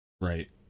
Right